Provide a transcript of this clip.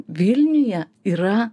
vilniuje yra